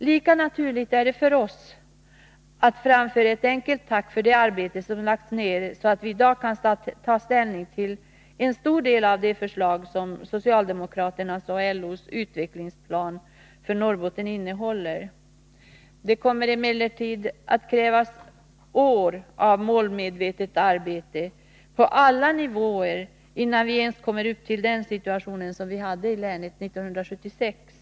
Lika naturligt är det för oss att framföra ett enkelt tack för det arbete som lagts ned, så att vi i dag kan ta ställning till en stor del av de förslag som socialdemokraternas och LO:s utvecklingsplan för Norrbotten innehåller. Det kommer emellertid att krävas år av målmedvetet arbete på alla nivåer innan vi ens kommer upp till den situation som länet hade 1976.